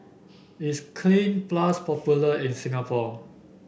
is Cleanz Plus popular in Singapore